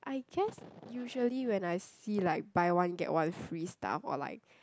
I guess usually when I see like buy one get one free stuff or like